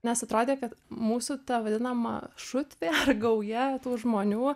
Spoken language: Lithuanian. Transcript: nes atrodė kad mūsų ta vadinama šutvė ar gauja tų žmonių